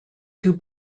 two